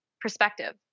perspective